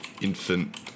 infant